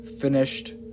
finished